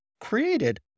created